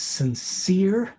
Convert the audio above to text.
sincere